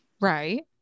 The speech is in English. right